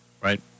Right